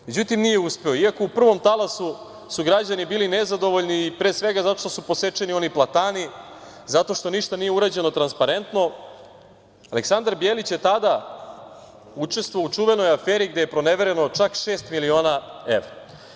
Međutim nije uspeo, iako u prvom talasu su građani bili nezadovoljni, pre svega zato što su posečeni oni platani i zato što ništa nije urađeno transparentno, a Aleksandar Bjelić je tada učestvovao u čuvenoj aferi, gde je pronevereno čak 6 miliona evra.